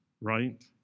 right